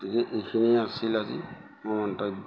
গতিকে এইখিনিয়ে আছিল আজি মোৰ মন্তব্য